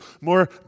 more